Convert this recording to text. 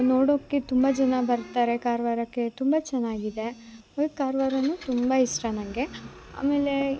ನೋಡೋಕೆ ತುಂಬ ಜನ ಬರ್ತಾರೆ ಕಾರವಾರಕ್ಕೆ ತುಂಬ ಚೆನ್ನಾಗಿದೆ ಕಾರವಾರ ತುಂಬ ಇಷ್ಟ ನಂಗೆ ಆಮೇಲೆ